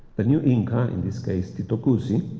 the new inca, in this case titu cuzi,